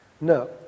No